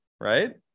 right